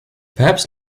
perhaps